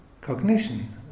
Cognition